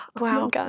Wow